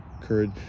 courage